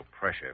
pressure